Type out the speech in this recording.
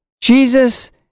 Jesus